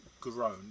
grown